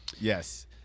Yes